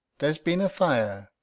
there's been a fire,